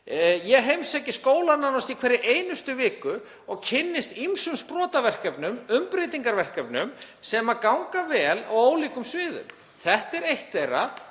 Ég heimsæki skóla í nánast hverri einustu viku og kynnist ýmsum sprotaverkefnum, umbreytingarverkefnum sem ganga vel á ólíkum sviðum. Þetta er eitt þeirra.